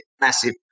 massive